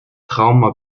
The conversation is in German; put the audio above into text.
trauma